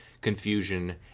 confusion